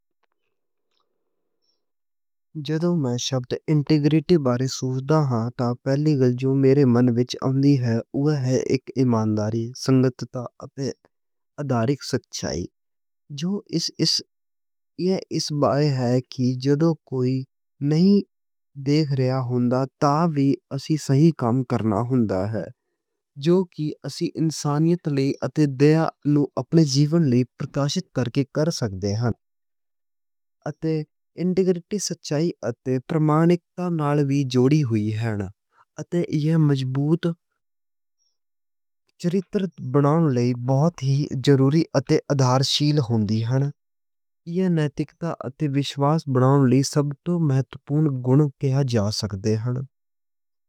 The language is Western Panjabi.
جدوں میں لفظ انٹیگریٹی بارے سوچدا ہاں تاں پہلی گل جو میرے من وِچ آندی اے۔ اوہ ہے اک ایمانداری، سنگتا تے ادھارک سچائی۔ جو اے اس بارے اے کہ جدوں کوئی نہیں ویکھ رہا ہُندا تاں وی اسی صحیح کم کرنا ہُندا ہے۔ جو کہ اسی انسانیت لے کے انصاف دے نال اپنے جیون لئی پرکاشت کر کے کر سکدے آں۔ اتے انٹیگریٹی سچائی تے پرمانِکتا نال وی جوڑی ہوئی ہن۔ اتے اے مضبوط چریتر بنان لئی بہت ہی ضروری اتے ادَرشیل ہُندی ہن۔ ایہ نیتکیتا ادھیک وشواس بناؤن لئی سب توں اہمیت پُرن گُن کہے جا سکدے ہن۔